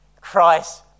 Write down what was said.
Christ